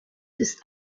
ist